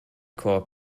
core